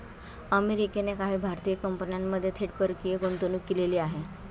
अमेरिकेने काही भारतीय कंपन्यांमध्ये थेट परकीय गुंतवणूक केलेली आहे